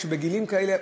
בגילים כאלה,